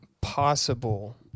possible